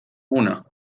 una